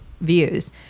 views